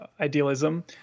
idealism